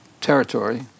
territory